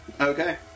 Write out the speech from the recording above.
Okay